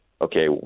okay